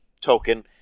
token